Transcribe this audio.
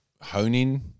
honing